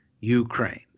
Ukraine